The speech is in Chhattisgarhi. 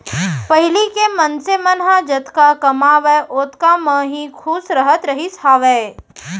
पहिली के मनसे मन ह जतका कमावय ओतका म ही खुस रहत रहिस हावय